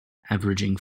averaging